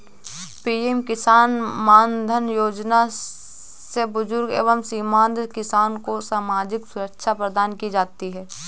PM किसान मानधन योजना से बुजुर्ग एवं सीमांत किसान को सामाजिक सुरक्षा प्रदान की जाती है